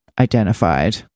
identified